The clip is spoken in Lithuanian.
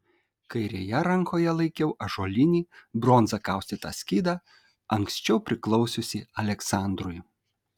kairėje rankoje laikiau ąžuolinį bronza kaustytą skydą anksčiau priklausiusį aleksandrui